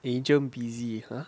agent busy !huh!